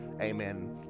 Amen